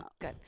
Good